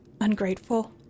ungrateful